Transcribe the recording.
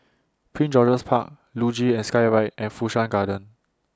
Prince George's Park Luge and Skyride and Fu Shan Garden